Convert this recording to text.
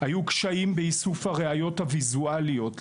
היו קשיים באיסוף הראיות הוויזואליות.